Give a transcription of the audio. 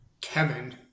Kevin